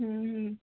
ହୁଁ